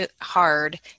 hard